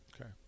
Okay